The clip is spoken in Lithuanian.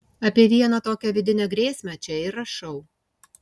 apie vieną tokią vidinę grėsmę čia ir rašau